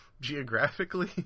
geographically